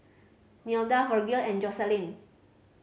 Nilda Virgil and Joselin